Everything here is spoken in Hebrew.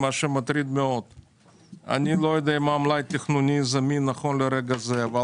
מה המלאי התכנוני הזמין לרגע זה של שיווק הקרקעות,